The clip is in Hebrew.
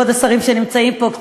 כבוד השרים שנמצאים פה,